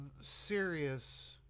serious